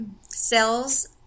cells